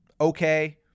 okay